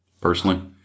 personally